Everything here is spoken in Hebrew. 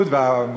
אבל מה?